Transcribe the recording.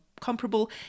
comparable